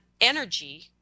energy